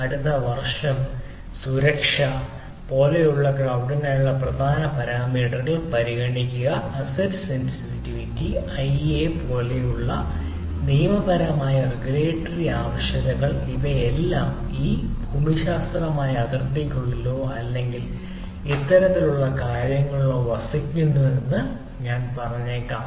അടുത്ത വർഷം സുരക്ഷ പോലുള്ള ക്ലൌഡിനായുള്ള പ്രധാന സുരക്ഷാ പാരാമീറ്ററുകൾ പരിഗണിക്കുക അസറ്റ് സെൻസിറ്റിവിറ്റി ഐ എ പോലുള്ള നിയമപരമായ റെഗുലേറ്ററി ആവശ്യകതകൾ എന്നിവ ഈ ഡാറ്റകൾ ഈ പ്രത്യേക ഭൂമിശാസ്ത്രപരമായ അതിർത്തിക്കുള്ളിലോ അല്ലെങ്കിൽ ഇത്തരത്തിലുള്ള കാര്യങ്ങളിലോ വസിക്കുമെന്ന് ഞാൻ പറഞ്ഞേക്കാം